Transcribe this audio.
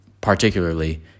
particularly